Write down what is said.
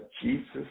Jesus